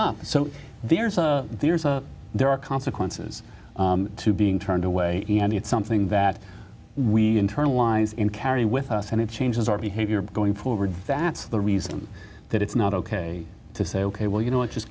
up so there's a there's a there are consequences to being turned away and it's something that we internalize in carrying with us and it changes our behavior going forward that's the reason that it's not ok to say ok well you know i just